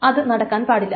അത് നടക്കാൻ പാടില്ല